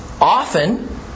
often